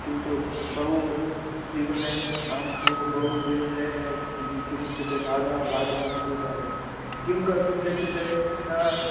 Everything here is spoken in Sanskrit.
किन्तु बहु जीवने अहं तु बहु जीवने किमुच्यते बाधः बाधः अनुभूतः रे किं कर्तुं शक्यते क